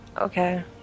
Okay